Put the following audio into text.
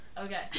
Okay